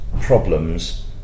problems